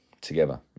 together